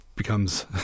becomes